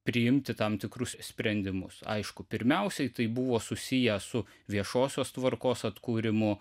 priimti tam tikrus sprendimus aišku pirmiausiai tai buvo susiję su viešosios tvarkos atkūrimu